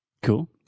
Cool